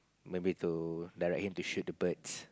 maybe to direct him to shoot the birds